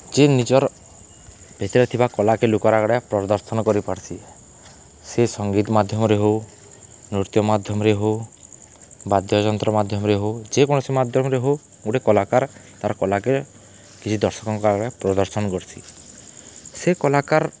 ଯେ ନିଜର୍ ଭିତ୍ରେ ଥିବା କଲାକେ ଲୁକର୍ଆଗ୍ଆଡ଼େ ପ୍ରଦର୍ଶନ୍ କରିପାର୍ସି ସେ ସଙ୍ଗୀତ୍ ମାଧ୍ୟମରେ ହଉ ନୃତ୍ୟ ମାଧ୍ୟମରେ ହଉ ବାଦ୍ୟଯନ୍ତ୍ର ମାଧ୍ୟମ୍ରେ ହଉ ଯେକୌଣସି ମାଧ୍ୟମ୍ରେ ହଉ ଗୁଟେ କଲାକାର୍ ତାର୍ କଲାକେ କିଛି ଦର୍ଶକଙ୍କର ଆଗ୍ଆଡ଼େ ପ୍ରଦର୍ଶନ୍ କର୍ସି ସେ କଲାକାର୍